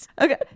Okay